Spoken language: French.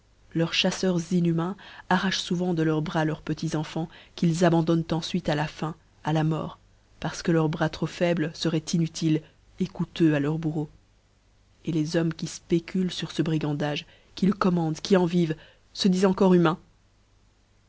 leurs chafleurs inhumains arrachent fouvent de leur bras leurs petits encans qu'ils abandonnent enfuite à la faim à la mort parce que leurs bras trop foibles feroient inutiles coûteux à leurs bourreaux et les hommes qui fpéculent sur ce brigandage qui le commandent qui en vivent fe difent encore humains